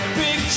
big